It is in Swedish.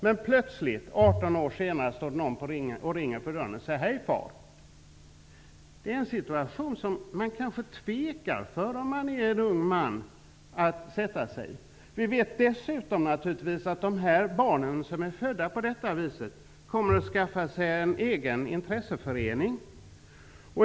Men plötsligt, 18 år senare, står det någon som ringer på dörren och säger: Hej far! Det är en situation som en ung man kanske tvekar att sätta sig i. Vi vet dessutom att de barn som är födda på detta vis kommer att skaffa sig en egen intresseförening.